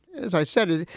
as i said,